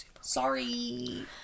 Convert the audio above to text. Sorry